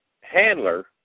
handler